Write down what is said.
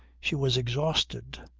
she was exhausted,